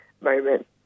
moment